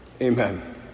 Amen